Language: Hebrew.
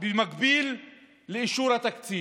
במקביל לאישור התקציב.